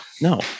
no